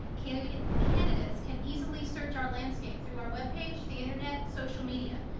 candidates candidates can easily search our landscape through our webpage, the internet, social media.